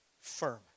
firm